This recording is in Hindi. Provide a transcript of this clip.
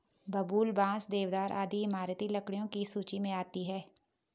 बबूल, बांस, देवदार आदि इमारती लकड़ियों की सूची मे आती है